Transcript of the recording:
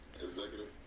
Executive